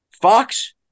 Fox